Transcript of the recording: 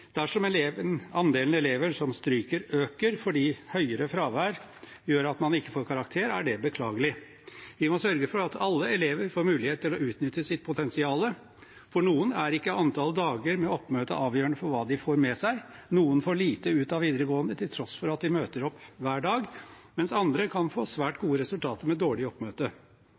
Dersom andelen elever som stryker, øker fordi høyere fravær gjør at man ikke får karakter, er det beklagelig. Vi må sørge for at alle elever får mulighet til å utnytte sitt potensial. For noen er ikke antall dager med oppmøte avgjørende for hva de får med seg. Noen får lite ut av videregående til tross for at de møter opp hver dag, mens andre kan få svært gode resultater med dårlig oppmøte.